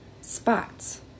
spots